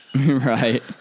right